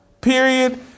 Period